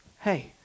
hey